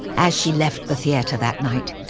as she left the theatre that night,